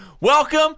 Welcome